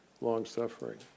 long-suffering